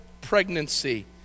pregnancy